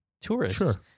tourists